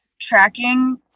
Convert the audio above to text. tracking